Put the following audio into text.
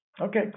Okay